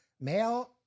male